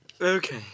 Okay